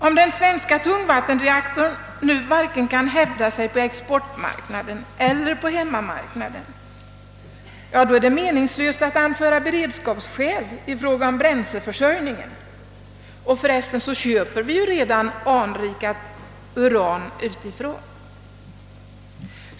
Om den svenska tungvattenreaktorn nu varken kan hävda sig på exportmarknaden eller på hemmamarknaden, är det meningslöst att anföra beredskapsskäl i fråga om bränsleförsörjningen. Och för resten köper vi ju redan anrikat uran utifrån.